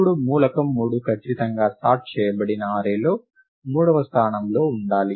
ఇప్పుడు మూలకం 3 ఖచ్చితంగా సార్ట్ చేయబడిన అర్రేలో మూడవ స్థానంలో ఉండాలి